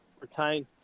retain